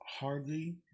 hardly